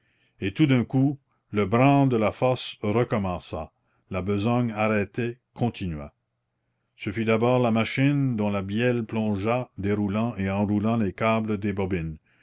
et tout d'un coup le branle de la fosse recommença la besogne arrêtée continuait ce fut d'abord la machine dont la bielle plongea déroulant et enroulant les câbles des bobines